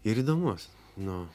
ir įdomus nu